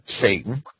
Satan